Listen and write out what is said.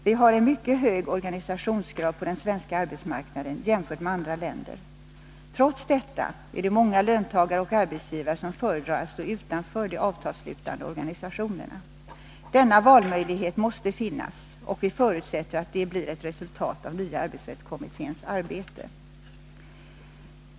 Vi har en mycket hög organisationsgrad på den svenska arbetsmarknaden i jämförelse med andra länder. Trots detta är det många löntagare och arbetsgivare som föredrar att stå utanför de avtalsslutande organisationerna. Denna valmöjlighet måste finnas, och vi förutsätter att det blir ett resultat av den nya arbetsrättskommitténs arbete.